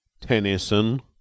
Tennyson